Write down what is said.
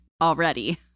already